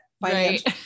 Right